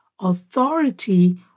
authority